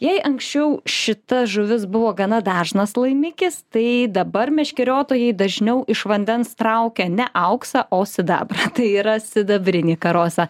jei anksčiau šita žuvis buvo gana dažnas laimikis tai dabar meškeriotojai dažniau iš vandens traukia ne auksą o sidabrą tai yra sidabrinį karosą